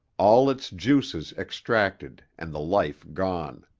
all its juices extracted and the life gone.